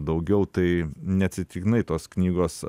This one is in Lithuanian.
daugiau tai neatsitiktinai tos knygos